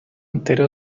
entero